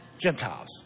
Gentiles